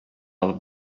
алып